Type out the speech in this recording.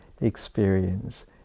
experience